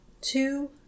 two